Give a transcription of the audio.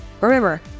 Remember